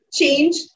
change